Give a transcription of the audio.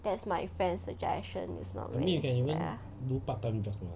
that's my friend's suggestions lor ya